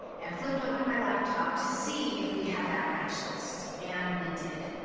and flipped open my laptop to see if we had that match list. and we did.